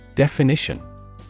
Definition